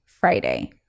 friday